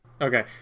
Okay